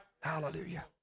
Hallelujah